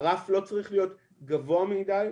הרף לא צריך להיות גבוה מדי,